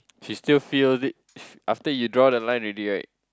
she still feel it after you draw the line already right